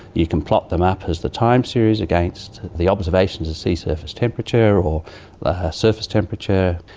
you can plot them up as the time series against the observations of sea surface temperature or ah surface temperature,